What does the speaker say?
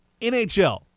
NHL